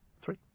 Three